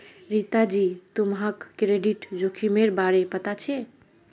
रीता जी, तुम्हाक क्रेडिट जोखिमेर बारे पता छे?